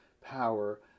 power